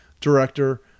director